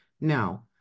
Now